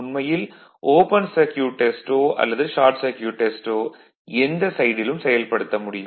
உண்மையில் open circuit டெஸ்டோ அல்லது ஷார்ட் சர்க்யூட் டெஸ்டோ எந்த சைடிலும் செயல்படுத்த முடியும்